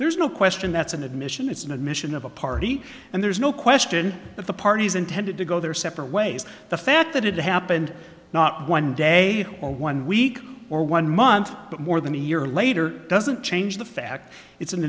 there's no question that's an admission it's an admission of a party and there's no question that the parties intended to go their separate ways the fact that it happened not one day or one week or one month but more than a year later doesn't change the fact it's an